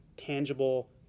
tangible